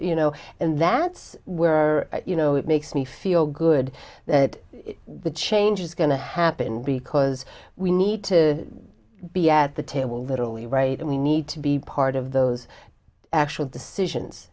you know and that's where you know it makes me feel good that the change is going to happen because we need to be at the table literally right and we need to be part of those actual decisions